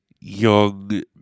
Young